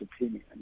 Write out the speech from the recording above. opinion